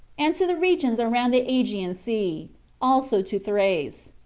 and to the regions around the aegean sea also to thrace.